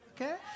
okay